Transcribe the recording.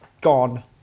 gone